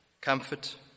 comfort